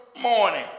morning